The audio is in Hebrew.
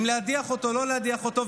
אם להדיח או לא להדיח אותו.